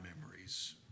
memories